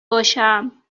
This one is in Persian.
باشم